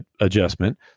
adjustment